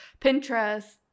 Pinterest